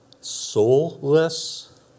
soulless